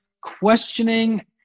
Questioning